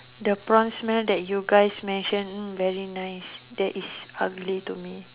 the prawn smell that you guys mention very nice that is ugly to me